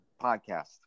Podcast